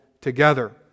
together